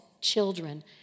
children